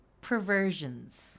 perversions